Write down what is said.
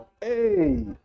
Hey